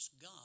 God